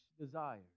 desire